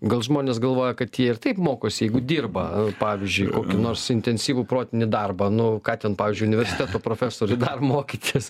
gal žmonės galvoja kad jie ir taip mokosi jeigu dirba pavyzdžiui kokį nors intensyvų protinį darbą nu ką ten pavyzdžiui universiteto profesoriui dar mokytis